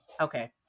Okay